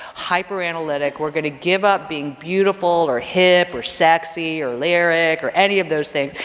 hyper-analytic, we're gonna give up being beautiful or hip or sexy or lyric or any of those things,